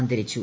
അന്തരിച്ചു